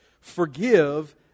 Forgive